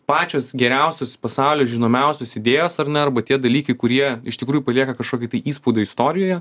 pačios geriausios pasauly žinomiausios idėjos ar ne arba tie dalykai kurie iš tikrųjų palieka kažkokį tai įspaudą istorijoje